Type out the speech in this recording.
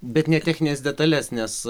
bet ne technines detales nes